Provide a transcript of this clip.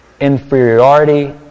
inferiority